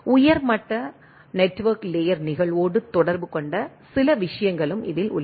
உயர் மட்ட network layer நிகழ்வோடு தொடர்பு கொண்ட சில விஷயங்களும் இதில் உள்ளன